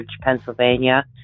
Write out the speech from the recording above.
Pennsylvania